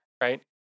right